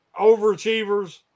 overachievers